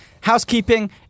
Housekeeping